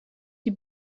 die